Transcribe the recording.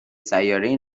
سیارهای